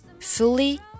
fully